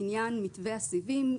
לעניין מתווה הסיבים,